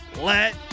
Let